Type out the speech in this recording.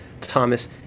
Thomas